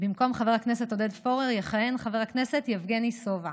במקום חבר הכנסת עודד פורר יכהן חבר הכנסת יבגני סובה,